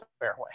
fairway